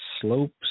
slopes